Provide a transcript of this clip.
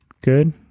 Good